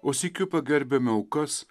o sykiu pagerbiame aukas